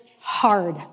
hard